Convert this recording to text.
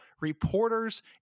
reporters